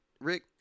Rick